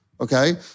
okay